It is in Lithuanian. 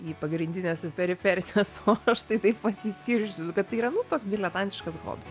į pagrindines ir periferines o aš tai taip pasiskirsčius kad tai yra nu toks diletantiškas hobis